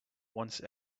once